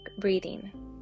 breathing